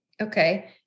okay